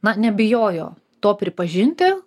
na nebijojo to pripažinti